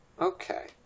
Okay